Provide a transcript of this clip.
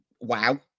wow